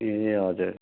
ए हजुर